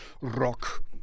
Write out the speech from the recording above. rock